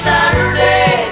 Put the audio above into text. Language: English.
Saturday